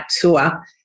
tour